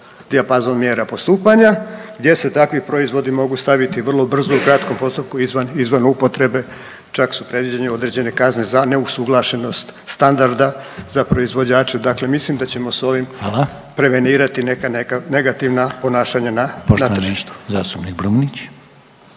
dijapazon mjera postupanja gdje se takvi proizvodi mogu staviti vrlo brzo u kratkom postupku izvan upotrebe, čak su predviđene određene kazne za neusuglašenost standarda za proizvođače, dakle mislim da ćemo s ovim .../Upadica: Hvala./... prevenirati neka negativna ponašanja na tržištu.